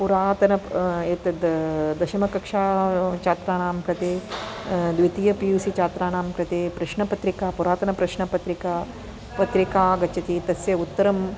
पुरातन एतद् दशमकक्षाछात्राणां कृते द्वितीय पी यू सि छात्राणां कृते प्रश्नपत्रिका पुरातनप्रश्नपत्रिका पत्रिकागच्छति तस्य उत्तरं